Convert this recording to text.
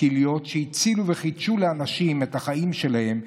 כליות שהצילו וחידשו לאנשים את החיים שלהם,